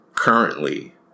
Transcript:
currently